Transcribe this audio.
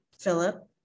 philip